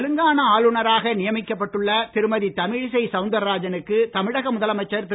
தெலுங்கானா ஆளுநராக நியமிக்கப்பட்டு உள்ள திருமதி தமிழிசை சவுந்தாராஜனுக்கு தமிழக முதலமைச்சர் திரு